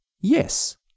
yes